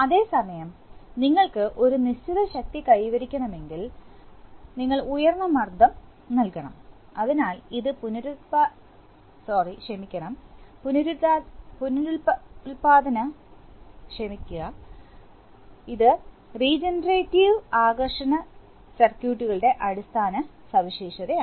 അതേസമയം നിങ്ങൾക്ക് ഒരു നിശ്ചിത ശക്തി കൈവരിക്കണമെങ്കിൽ ഞങ്ങൾ ഉയർന്ന സമ്മർദ്ദം നൽകണം അതിനാൽ ഇത് പുനരുൽപ്പാദന ആകർഷണ സർക്യൂട്ടുകളുടെ അടിസ്ഥാന സവിശേഷതയാണ്